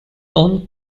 own